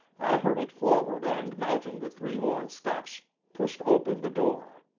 i hurried forward, and mounting the three worn steps pushed open the door.